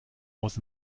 aus